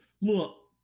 Look